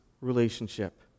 relationship